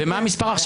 מה המספר עכשיו?